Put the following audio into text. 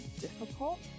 difficult